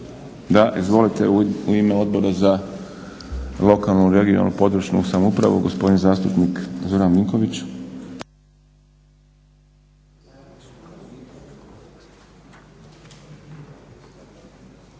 Da. U ime Odbora za lokalnu, regionalnu, područnu samoupravu gospodin zastupnik Zoran Vinković. **Vinković,